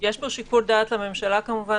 יש פה שיקול דעת לממשלה כמובן,